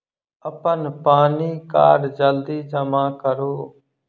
अप्पन PAN card जल्दी जमा करू?